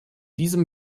diesem